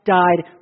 died